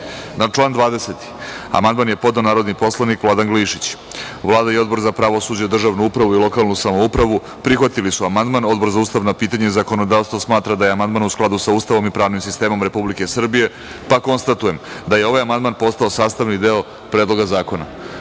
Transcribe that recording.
član 20. amandman je podneo narodni poslanik Vladan Glišić. Vlada i Odbor za pravosuđe, državnu upravu i lokalnu samoupravu, prihvatili su amandman, a Odbor za ustavna pitanja i zakonodavstvo smatra da je amandman u skladu sa Ustavom i pravnim sistemom Republike Srbije, pa konstatujem da je ovaj amandman postao sastavni deo predloga zakona. Da